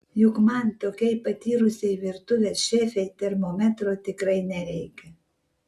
juk man tokiai patyrusiai virtuvės šefei termometro tikrai nereikia